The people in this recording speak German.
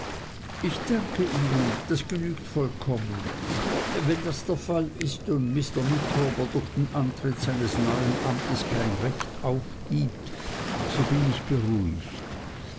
ich danke ihnen das genügt vollkommen wenn das der fall ist und mr micawber durch den antritt seines neuen amtes kein recht aufgibt so bin ich beruhigt